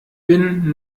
bin